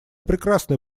прекрасное